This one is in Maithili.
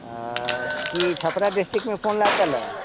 कि छपरा डिस्ट्रिक्टमे फोन लागल अइ